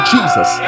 Jesus